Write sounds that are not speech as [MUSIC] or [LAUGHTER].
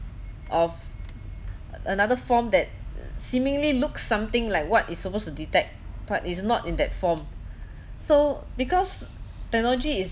of another form that seemingly looks something like what it's supposed to detect but is not in that form [BREATH] so because technology is